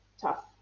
tough